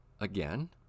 Again